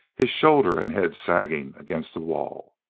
his shoulder and head sagging against the wall.